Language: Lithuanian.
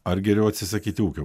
ar geriau atsisakyti ūkio